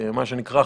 מה שנקרא,